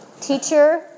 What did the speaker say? teacher